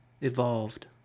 evolved